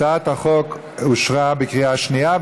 הצעת החוק אושרה בקריאה שנייה.